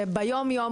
שביום יום,